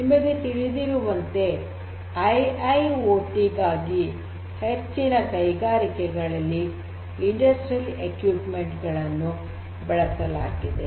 ನಿಮಗೆ ತಿಳಿದಿರುವಂತೆ I I O T ಗಾಗಿ ಹೆಚ್ಚಿನ ಕೈಗಾರಿಕೆಗಳಲ್ಲಿ ಕೈಗಾರಿಕಾ ಉಪಕರಣಗಳನ್ನು ಬಳಸಲಾಗಿದೆ